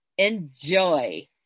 enjoy